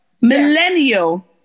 Millennial